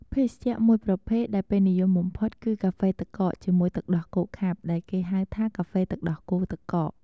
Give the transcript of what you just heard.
ភេសជ្ជៈមួយប្រភេទដែលពេញនិយមបំផុតគឺកាហ្វេទឹកកកជាមួយទឹកដោះគោខាប់ដែលគេហៅថាកាហ្វេទឹកដោះគោទឹកកក។